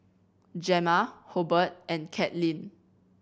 Gemma Hobert and Katlynn